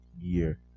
year